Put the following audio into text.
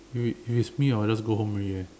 with with me or you never go home already eh